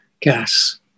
gas